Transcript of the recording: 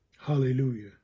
Hallelujah